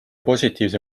positiivse